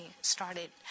started